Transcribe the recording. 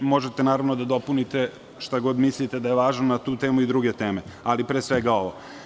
Možete i da dopunite, šta god mislite da je važno na tu temu i na druge teme, ali pre svega ovo.